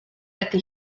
ydy